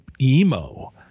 emo